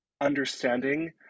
understanding